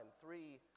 three